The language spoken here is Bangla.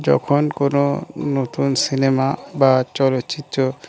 যখন কোনো নতুন সিনেমা বা চলচ্চিত্র